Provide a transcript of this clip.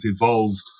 evolved